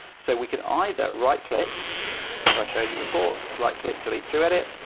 so we can either right-click as i showed you before, right click delete through edit,